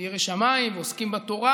יראי שמיים ועוסקים בתורה,